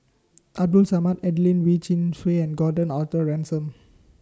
Abdul Samad Adelene Wee Chin Suan and Gordon Arthur Ransome